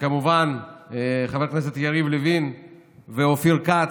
וכמובן חברי הכנסת יריב לוין ואופיר כץ.